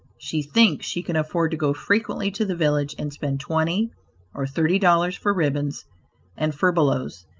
she thinks she can afford to go frequently to the village and spend twenty or thirty dollars for ribbons and furbelows,